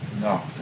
No